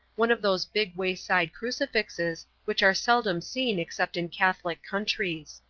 one of those big wayside crucifixes which are seldom seen except in catholic countries.